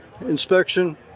inspection